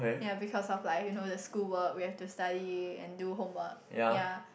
yea because of like you know the schoolwork we have to study and do homework yea